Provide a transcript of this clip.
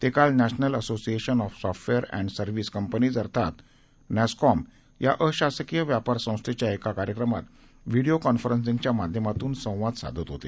ते काल national association of software and service companies अर्थाच नॅस्कॉम या अशासकीय व्यापार संस्थेच्या एका कार्यक्रमात व्हिडीओ कॉन्फरन्सिंगच्या माध्यमातून संवाद साधताना बोलत होते